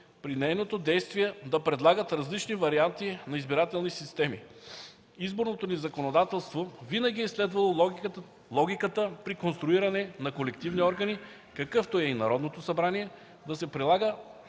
при нейното действие да предлагат различни варианти на избирателни системи. Изборното ни законодателство винаги е следвало логиката при конструиране на колективни органи, какъвто е и Народното събрание, да се прилага